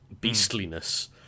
beastliness